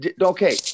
okay